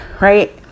right